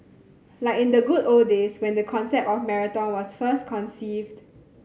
like in the good old days when the concept of marathon was first conceived